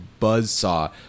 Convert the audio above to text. buzzsaw